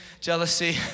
jealousy